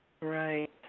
Right